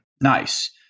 Nice